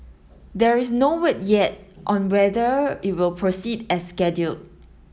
there is no word yet on whether it will proceed as scheduled